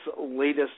latest